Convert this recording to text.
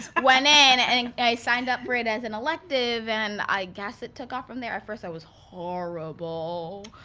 i went in and and i signed up for it as an elective. and i guess it took off from there. at first, i was horrible.